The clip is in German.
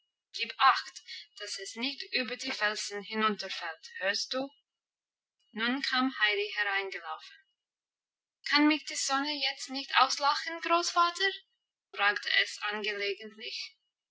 gib acht dass es nicht über die felsen hinunterfällt hörst du nun kam heidi hereingelaufen kann mich die sonne jetzt nicht auslachen großvater fragte es angelegentlich